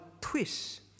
twist